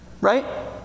Right